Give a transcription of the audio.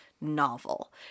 novel